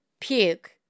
puke